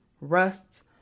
rusts